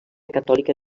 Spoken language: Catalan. catòlica